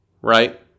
right